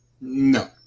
No